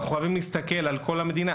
ואנחנו חייבים להסתכל על כל המדינה.